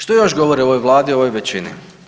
Što još govori o ovoj Vladi, o ovoj većini?